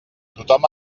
tothom